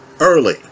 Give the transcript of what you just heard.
early